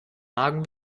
magen